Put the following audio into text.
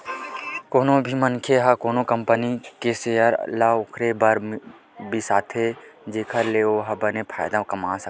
कोनो भी मनखे ह कोनो कंपनी के सेयर ल ओखरे बर बिसाथे जेखर ले ओहा बने फायदा कमा सकय